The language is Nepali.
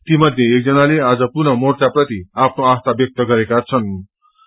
ती मध्ये एकजनाले आज पुनः मोर्चा प्रति आफ्नो आस्था व्यक्त गरेका छनृ